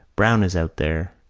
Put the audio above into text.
browne is out there,